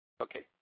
Okay